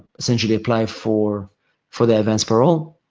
essentially apply for for the advance parole.